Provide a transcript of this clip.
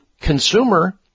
consumer